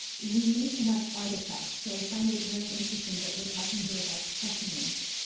we need to have artifacts. so i find it very interesting that we're talking here about specimens,